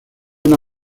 una